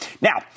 Now